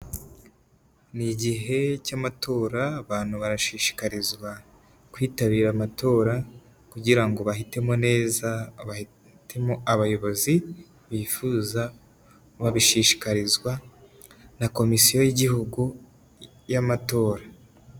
Ni igihe cy'amatora abantu barashishikarizwa kwitabira amatora kugira ngo bahitemo neza, bahitemo abayobozi bifuza babishishikirikazwa na komisiyo y'igihugu y'amatora.